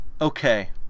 Okay